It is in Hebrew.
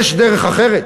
יש דרך אחרת,